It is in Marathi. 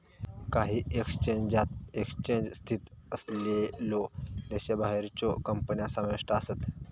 काही एक्सचेंजात एक्सचेंज स्थित असलेल्यो देशाबाहेरच्यो कंपन्या समाविष्ट आसत